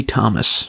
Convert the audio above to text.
Thomas